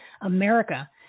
America